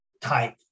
type